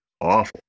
Awful